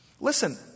Listen